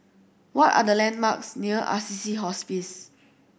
what are the landmarks near Assisi Hospice